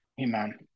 Amen